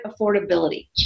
affordability